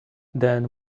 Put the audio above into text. then